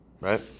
right